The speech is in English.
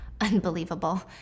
Unbelievable